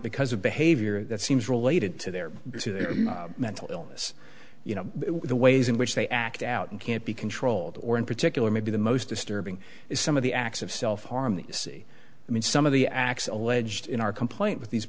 because of behavior that seems related to their mental illness you know the ways in which they act out and can't be controlled or in particular maybe the most disturbing is some of the acts of self harm that you see i mean some of the acts alleged in our complaint with these